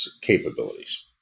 capabilities